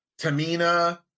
Tamina